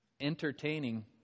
entertaining